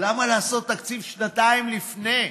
אז למה לעשות תקציב שנתיים לפני?